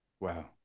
Wow